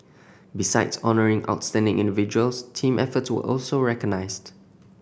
besides honouring outstanding individuals team efforts were also recognised